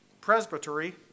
Presbytery